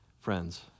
Friends